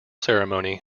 ceremony